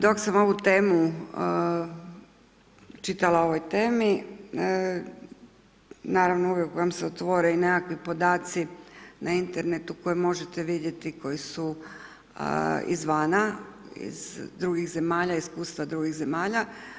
Dok sam ovu temu čitala o ovoj temi, naravno, naravno uvijek vam se otvori nekakvi podaci na internetu koje možete vidjeti koje su izvana iz drugih zemalja iskustva drugih zemalja.